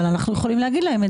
אבל אנחנו יכולים להגיד להם,